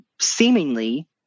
seemingly